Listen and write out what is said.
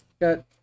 Got